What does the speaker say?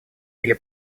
или